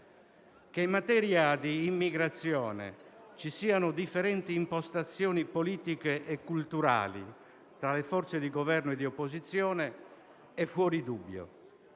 Che in materia di immigrazione ci siano differenti impostazioni politiche e culturali tra le forze di Governo e di opposizione è fuor di dubbio,